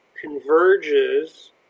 converges